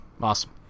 Awesome